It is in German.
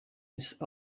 ist